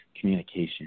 communication